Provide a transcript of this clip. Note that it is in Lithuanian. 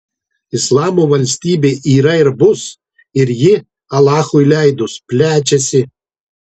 islamo valstybė yra ir bus ir ji alachui leidus plečiasi